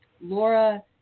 Laura